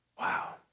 Wow